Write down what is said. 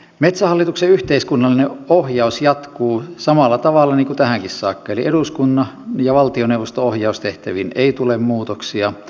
metsähallituksen yhteiskunnallinen ohjaus jatkuu samalla tavalla niin kuin tähänkin saakka eli eduskunnan ja valtioneuvoston ohjaustehtäviin ei tule muutoksia